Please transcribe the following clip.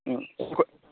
ꯎꯝ ꯑꯩꯈꯣꯏ